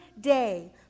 day